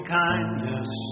kindness